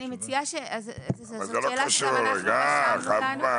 ממש חייבת להעלות את זה עכשיו: אנחנו רוצים לעשות תיקון לחוק,